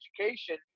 education